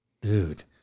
dude